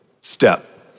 step